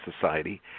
society